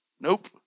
Nope